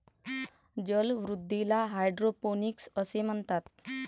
जलवृद्धीला हायड्रोपोनिक्स असे म्हणतात